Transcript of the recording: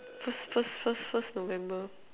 first first first first november